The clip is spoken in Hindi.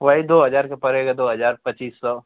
वही दो हज़ार का पड़ेगा दो हज़ार पचीस सौ